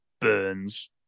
Burns